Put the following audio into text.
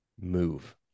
Move